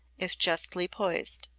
if justly poised.